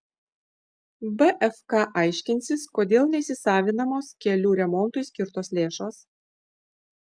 bfk aiškinsis kodėl neįsisavinamos kelių remontui skirtos lėšos